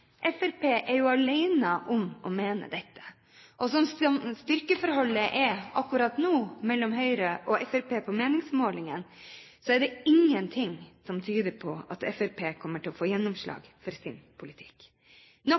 Fremskrittspartiet er jo alene om å mene dette. Og slik som styrkeforholdet er akkurat nå mellom Høyre og Fremskrittspartiet på meningsmålingene, er det ingenting som tyder på at Fremskrittspartiet kommer til å få gjennomslag for sin politikk,